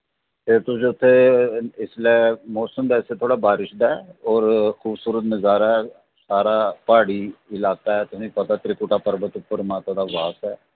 ते तुस उत्थै इसलै मौसम वैसे थोह्ड़ा बारश दा ऐ और खूबसूरत नजारा सारा प्हाड़ी इलाका ऐ तुसें गी पता त्रिकुटा पर्वत उप्पर माता दा वास ऐ